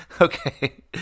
Okay